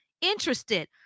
interested